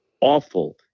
awful